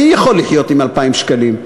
מי יכול לחיות עם 2,000 שקלים?